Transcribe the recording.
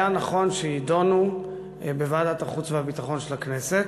היה נכון שיידונו בוועדת החוץ והביטחון של הכנסת.